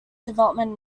development